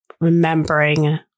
remembering